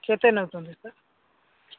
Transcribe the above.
କେତେ ନେଉଛନ୍ତି ସାର୍